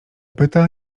pyta